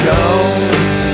Jones